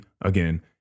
again